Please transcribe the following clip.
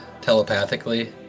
telepathically